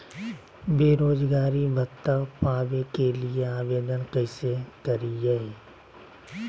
बेरोजगारी भत्ता पावे के लिए आवेदन कैसे करियय?